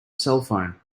cellphone